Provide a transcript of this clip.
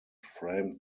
framed